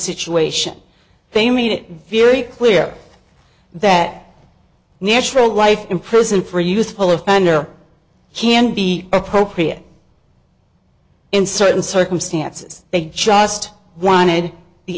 situation they made it very clear that natural life in prison for youthful offender can be appropriate in certain circumstances they just wanted the